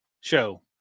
show